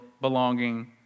belonging